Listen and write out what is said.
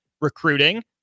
recruiting